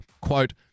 quote